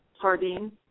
sardine